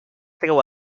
treu